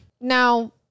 Now